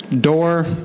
door